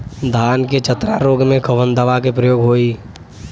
धान के चतरा रोग में कवन दवा के प्रयोग होई?